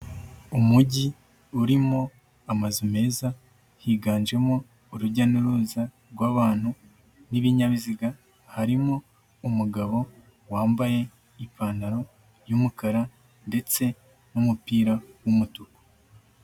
Umujyi urimo amazu meza, higanjemo urujya n'uruza rw'abantu n'ibinyabiziga, harimo umugabo wambaye ipantaro y'umukara ndetse n'umupira w'umutuku.